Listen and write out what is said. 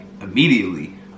immediately